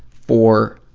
for